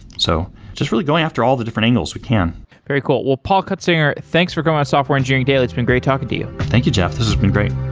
so just really going after all the different angles we can very cool. well, paul cutsinger thanks for coming on software engineering daily. it's been great talking to you thank you, jeff. this has been great